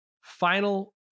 final